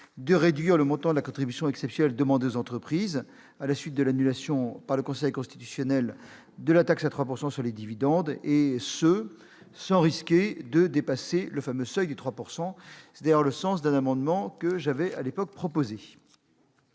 de réduire le montant de la contribution exceptionnelle demandée aux entreprises à la suite de l'annulation, par le Conseil constitutionnel, de la taxe à 3 % sur les dividendes, et cela sans risquer de dépasser le fameux seuil de 3 % du PIB. Tel était le sens d'un amendement que j'avais alors proposé.